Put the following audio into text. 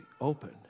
open